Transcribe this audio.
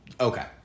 Okay